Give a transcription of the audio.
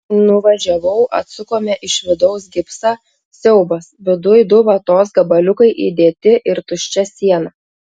nuvažiavau atsukome iš vidaus gipsą siaubas viduj du vatos gabaliukai įdėti ir tuščia siena